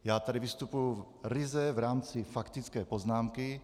Já tady vystupuji ryze v rámci faktické poznámky.